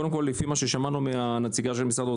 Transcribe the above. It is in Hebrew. קודם כול לפי מה ששמענו מנציגת משרד האוצר,